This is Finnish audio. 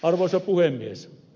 arvoisa puhemies